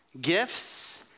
gifts